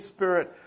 Spirit